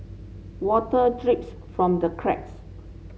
water drips from the cracks